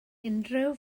unrhyw